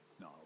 No